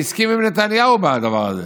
שהסכים עם נתניהו בדבר הזה.